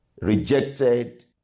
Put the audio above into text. rejected